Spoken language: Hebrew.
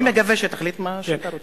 אני מקווה שתחליט מה שאתה רוצה.